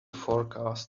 forecast